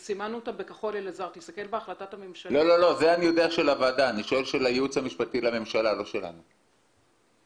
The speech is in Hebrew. רז, חבר הכנסת אלעזר שואל שאלה פשוטה: